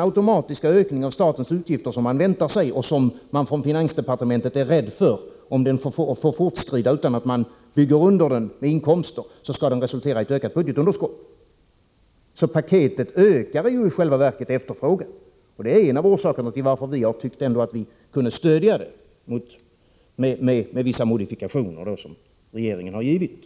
automatiska ökning av statens utgifter som man väntar sig och som man från finansdepartementet är rädd för, om den får fortskrida utan att den balanseras med inkomster. Den resulterar annars i ett ökat budgetunderskott. Paketet ökar i själva verket efterfrågan. Detta är en av orsakerna till att vi ändå har tyckt att vi kunde stödja det, med vissa modifikationer som regeringen har gjort.